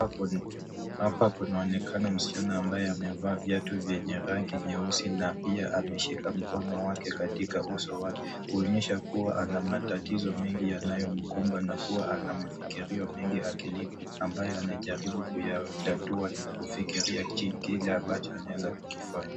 Hapa kunaonekana msichana ambaye amevaa viatu vyenye rangi nyeusi na pia ameshika mkono wake katika uso wake kuonyesha kuwa ana matatizo mengi yanayo mkumba na kuwa ana mafakirio mengi akilini ambayo ana jaribu kuyatatua na kufikiria kiki ambacho anaweza kukifanya.